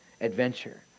adventure